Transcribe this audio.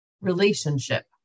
relationship